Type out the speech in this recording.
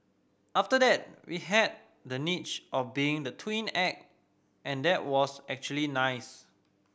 after that we had the niche of being the twin act and that was actually nice